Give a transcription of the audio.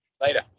Later